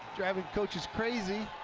driving coaches crazy,